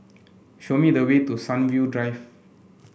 show me the way to Sunview Drive